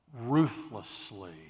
ruthlessly